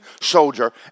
soldier